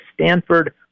Stanford